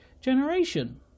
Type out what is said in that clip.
generation